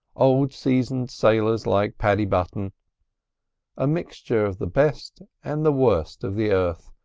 old seasoned sailors like paddy button a mixture of the best and the worst of the earth,